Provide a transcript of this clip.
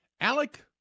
Alec